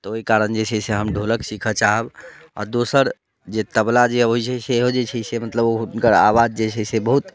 तऽ ओहि कारण जे छै से हम ढ़ोलक सीखऽ चाहब आ दोसर जे तबला जे होइ छै सेहो जे छै से मतलब ओकर आवाज जे छै से बहुत